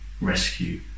rescue